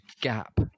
gap